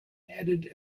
added